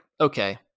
okay